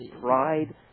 pride